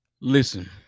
Listen